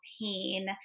pain